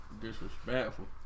Disrespectful